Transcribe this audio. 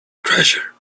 treasure